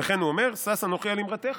וכן הוא אומר 'שש אנכי על אמרתך'.